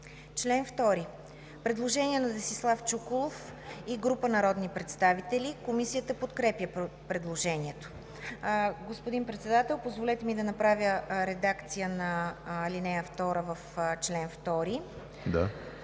чл. 2 има предложение от Десислав Чуколов и група народни представители: Комисията подкрепя предложението. Господин Председател, позволете ми да направя редакция на ал. 2 в чл. 2. Във